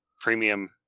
premium